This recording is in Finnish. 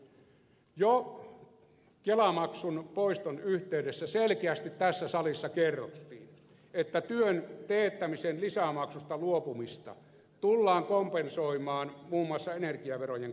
jo kelamaksun poiston yhteydessä selkeästi tässä salissa kerrottiin että työn teettämisen lisämaksusta luopumista tullaan kompensoimaan muun muassa energiaverojen korotuksella